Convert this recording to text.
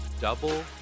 double